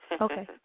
Okay